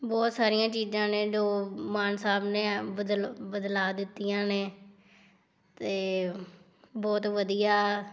ਬਹੁਤ ਸਾਰੀਆਂ ਚੀਜ਼ਾਂ ਨੇ ਜੋ ਮਾਨ ਸਾਹਿਬ ਨੇ ਬਦ ਬਦਲਾ ਦਿੱਤੀਆਂ ਨੇ ਅਤੇ ਬਹੁਤ ਵਧੀਆ